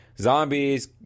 zombies